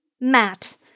Matt